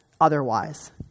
otherwise